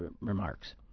remarks